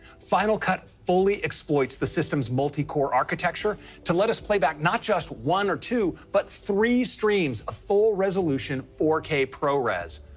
final cut fully exploits the system's multicore architecture to let us play back not just one or two, but three streams of full-resolution four k prores,